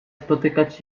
spotykać